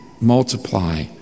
multiply